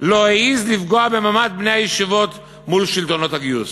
לא העז לפגוע במעמד בני הישיבות מול שלטונות הגיוס.